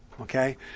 Okay